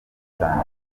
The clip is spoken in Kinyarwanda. cyane